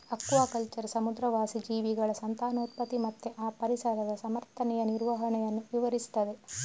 aquaculture ಸಮುದ್ರವಾಸಿ ಜೀವಿಗಳ ಸಂತಾನೋತ್ಪತ್ತಿ ಮತ್ತೆ ಆ ಪರಿಸರದ ಸಮರ್ಥನೀಯ ನಿರ್ವಹಣೆಯನ್ನ ವಿವರಿಸ್ತದೆ